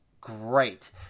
great